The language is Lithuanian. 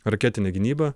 raketinę gynybą